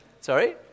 Sorry